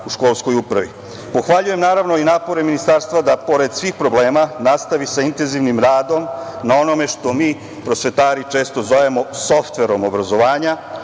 u Školskoj upravi. Povaljujem, naravno i napore Ministarstva da pored svih problema nastavi sa intenzivnim radom, na onome što mi prosvetari često zovemo „softverom obrazovanja“,